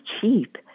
cheap